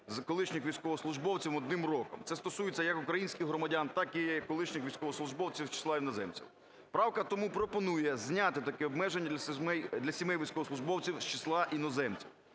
з колишніх військовослужбовців одним роком, це стосується, як українських громадян, так і колишніх військовослужбовців з числа іноземців. Правка тому пропонує зняти таке обмеження для сімей військовослужбовців з числа іноземців.